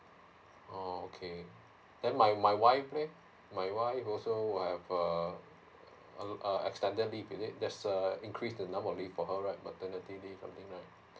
oh okay then my my wife leh my wife also have err ex~ extended leave is it there's a increase number of leave for her right maternity I think right